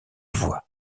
voie